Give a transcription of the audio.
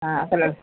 ஆ அப்புறம்